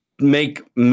Make